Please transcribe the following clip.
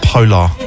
Polar